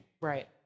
right